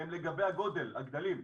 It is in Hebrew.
לגבי הגודל, הגדלים.